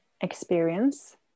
experience